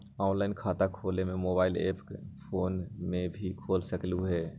Online खाता खोले के मोबाइल ऐप फोन में भी खोल सकलहु ह?